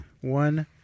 One